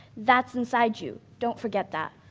that's inside you, don't forget that.